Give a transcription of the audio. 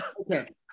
okay